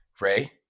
Ray